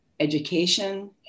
education